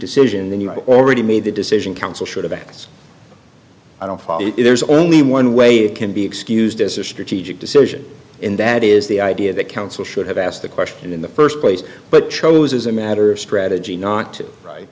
decision then you already made the decision counsel should have access i don't there's only one way it can be excused as a strategic decision and that is the idea that council should have asked the question in the first place but chose as a matter of strategy not